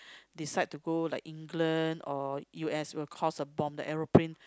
decide to go like England or U_S or cause a bomb the aeroplane